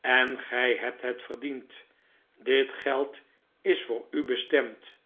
en gij hebt het verdiend dit geld is voor u bestemd